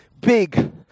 big